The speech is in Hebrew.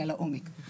אלא לעומק.